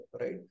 right